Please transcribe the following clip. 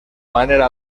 manera